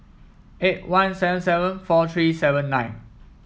eight one seven seven four three seven nine